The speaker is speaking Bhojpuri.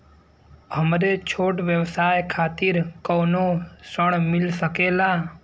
हमरे छोट व्यवसाय खातिर कौनो ऋण मिल सकेला?